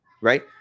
right